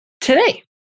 today